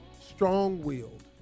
Strong-willed